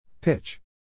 Pitch